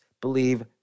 believe